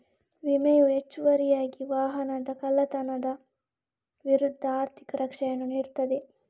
ವಿಮೆಯು ಹೆಚ್ಚುವರಿಯಾಗಿ ವಾಹನದ ಕಳ್ಳತನದ ವಿರುದ್ಧ ಆರ್ಥಿಕ ರಕ್ಷಣೆಯನ್ನು ನೀಡುತ್ತದೆ